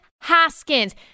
Haskins